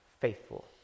Faithful